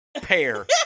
pair